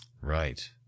Right